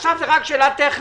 עכשיו זו רק שאלה טכנית.